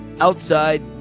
Outside